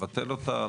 לבטל אותה,